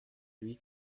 lui